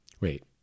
Wait